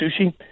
sushi